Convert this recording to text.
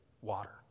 water